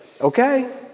Okay